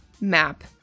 map